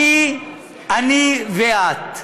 אני ואת,